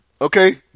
Okay